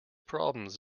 problems